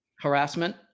harassment